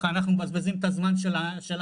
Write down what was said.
אנחנו מבזבזים את הזמן שלנו,